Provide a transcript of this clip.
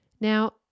Now